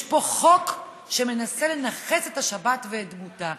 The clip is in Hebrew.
יש פה חוק שמנסה לנכס את השבת ואת דמותה.